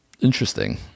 Interesting